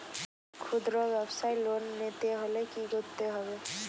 খুদ্রব্যাবসায় লোন নিতে হলে কি করতে হবে?